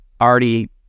already